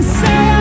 say